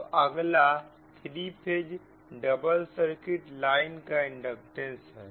अब अगला 3 phase double circuit line का इंडक्टेंस है